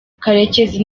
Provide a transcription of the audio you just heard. karekezi